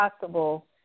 possible